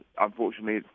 unfortunately